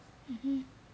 mmhmm